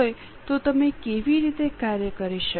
કેવી રીતે કાર્ય કરી શકશો એવુ કોઇ અંદેશો આપી શકે